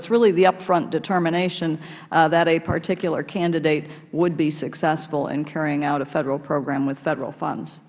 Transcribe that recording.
is really the up front determination that a particular candidate would be successful in carrying out a federal program with federal funds